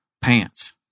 Pants